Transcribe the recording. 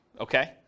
okay